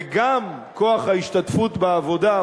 וגם כוח ההשתתפות בעבודה,